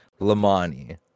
Lamani